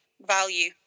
value